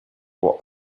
what